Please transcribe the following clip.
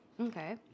Okay